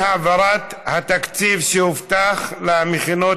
אי-העברת התקציב שהובטח למכינות